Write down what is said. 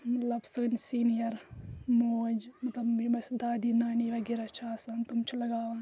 مطلب سٲنۍ سیٖنِیَر موج مطلب یِم اَسہِ دادی نانی وغیرہ چھِ آسان تم چھِ لَگاوان